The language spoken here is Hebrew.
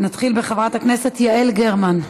נתחיל בחברת הכנסת יעל גרמן,